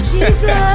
Jesus